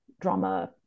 drama